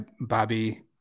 Bobby